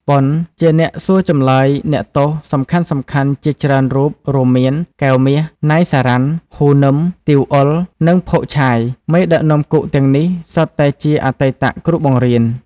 ប៉ុន ជាអ្នកសួរចម្លើយអ្នកទោសសំខាន់ៗជាច្រើនរូបរួមមាន កែវ មាស, ណៃ សារ៉ាន់, ហ៊ូ នឹម, ទីវ អុល និង ភោគ ឆាយ មេដឹកនាំគុកទាំងនេះសុទ្ធតែជាអតីតគ្រូបង្រៀន ។